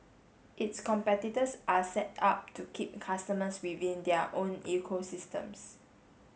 its competitors are set up to keep customers within their own ecosystems